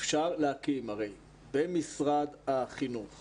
אפשר להקים הרי במשרד החינוך